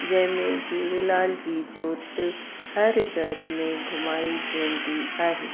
जंहिं में झूलेलाल जी जोति हर घर में घुमाई वेंदी आहे